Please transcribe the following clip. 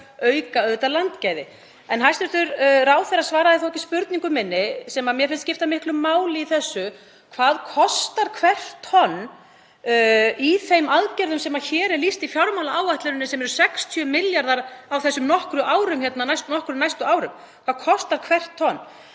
auka auðvitað landgæði. En hæstv. ráðherra svaraði ekki spurningu minni sem mér finnst skipta miklu máli í þessu: Hvað kostar hvert tonn í þeim aðgerðum sem hér er lýst í fjármálaáætluninni og eru 60 milljarðar á nokkrum næstu árum? Hvað kostar hvert tonn?